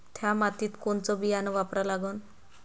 थ्या मातीत कोनचं बियानं वापरा लागन?